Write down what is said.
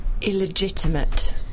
illegitimate